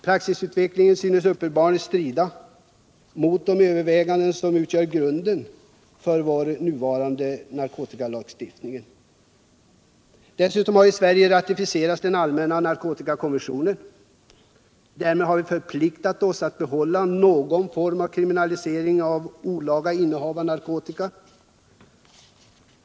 Praxisutvecklingen synes uppenbarligen strida mot de överväganden som utgör grund för vår nuvarande narkotikalagstiftning. Dessutom har Sverige ratificerat den allmänna narkotikakonventionen. Därmed har vi förpliktat oss att behålla någon form av kriminalisering av olaga innehav av narkotika.